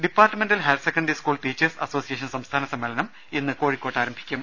departmental higher secondary school teachers association സംസ്ഥാന സമ്മേളനം ഇന്ന് കോഴിക്കോട്ട് ് ആരംഭിക്കും